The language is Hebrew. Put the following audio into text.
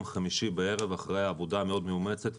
חמישי בערב אחרי עבודה מאומצת מאוד.